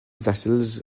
vessels